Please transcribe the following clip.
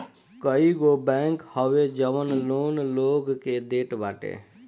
कईगो बैंक हवे जवन लोन लोग के देत बाटे